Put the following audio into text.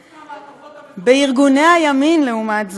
חוץ מהמעטפות, בארגוני הימין, לעומת זאת,